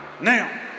Now